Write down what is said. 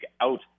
out